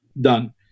done